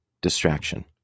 distraction